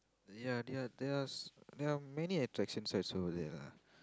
ya there are there's there are many attraction sites over there lah